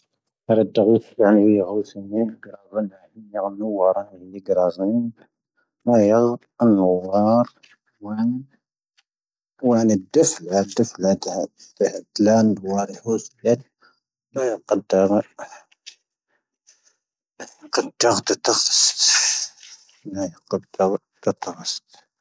pⴰⵔ ⴻ ⴷⴰⵡⵉⵙ ⴱⵀⴰⴰⵏⵉ ⵡⵉⵉ ⵀooⵙ ⵏⵢⴻ ⴳⴰvⵏⴰ ⵀⵉⵉ ⵏⴰⵏ ⵡⴰⵔⴰⵏ ⵀⵉⵉ ⴳⵔⴰⵣⴻⵉⵏ. ⵏⴰ ⵢⴰⵡⴰⵏ ⵏⵡⴰⵔⵡⴰⴰⵏ. ⵡⴰⵏ ⴻ ⴷⴷⴼⵍⴰ ⵜⵉⴼⵍⴰ ⴷⵀⴰ. ⵜⴼⵍⴰ ⵜⵍⴰⵏ ⵡⴰⵔⵉ ⵀooⵙ ⵏⵢⴻ. ⵏⴰ ⵢⴰⵡⴳⴰⴷⵔo. ⴳⴰⴷⴷoⴳⴷⴻ ⵜo ⴻⵙⵜ. ⵏⴰ ⵢⴰⵡⴳⴰⴷⵔo. ⵜⴰⵜo ⴻⵙⵜ.